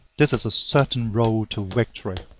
this is a certain road to victory.